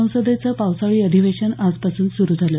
संसदेचं पावसाळी अधिवेशन आज पासून सुरू झालं